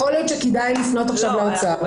יכול להיות שכדאי לפנות עכשיו לאוצר.